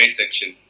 section